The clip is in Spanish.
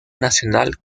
nacional